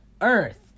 earth